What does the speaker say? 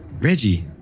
Reggie